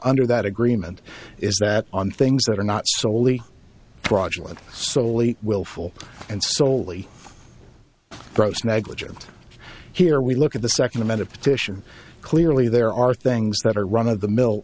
under that agreement is that on things that are not soley fraudulent solely willful and soley gross negligence here we look at the second amended petition clearly there are things that are run of the mill